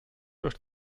durch